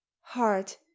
heart